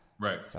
Right